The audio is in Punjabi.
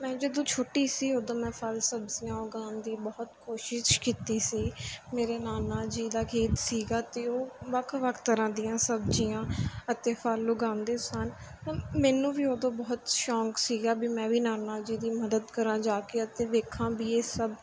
ਮੈਂ ਜਦੋਂ ਛੋਟੀ ਸੀ ਉਦੋਂ ਮੈਂ ਫਲ ਸਬਜ਼ੀਆਂ ਉਗਾਉਣ ਦੀ ਬਹੁਤ ਕੋਸ਼ਿਸ਼ ਕੀਤੀ ਸੀ ਮੇਰੇ ਨਾਲ ਨਾਲ ਜਿਹਦਾ ਖੇਤ ਸੀਗਾ ਅਤੇ ਉਹ ਵੱਖ ਵੱਖ ਤਰ੍ਹਾਂ ਦੀਆਂ ਸਬਜ਼ੀਆਂ ਅਤੇ ਫਲ ਉਗਾਉਂਦੇ ਸਨ ਹੁਣ ਮੈਨੂੰ ਵੀ ਉਦੋਂ ਬਹੁਤ ਸ਼ੌਂਕ ਸੀਗਾ ਵੀ ਮੈਂ ਵੀ ਨਾਨਾ ਜੀ ਦੀ ਮਦਦ ਕਰਾਂ ਜਾ ਕੇ ਅਤੇ ਵੇਖਾਂ ਵੀ ਇਹ ਸਭ